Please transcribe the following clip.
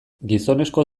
gizonezko